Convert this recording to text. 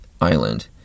island